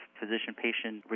physician-patient